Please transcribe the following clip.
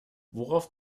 worauf